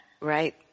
Right